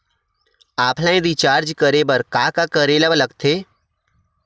Online recharge करे बर का का करे ल लगथे?